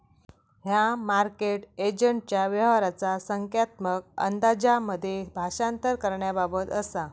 ह्या मार्केट एजंटच्या व्यवहाराचा संख्यात्मक अंदाजांमध्ये भाषांतर करण्याबाबत असा